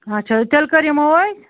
اَچھا تیٚلہِ کٔر یِمو أسۍ